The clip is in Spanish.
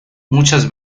muchas